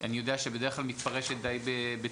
אני יודע שבדרך כלל מתפרשת די בצמצום.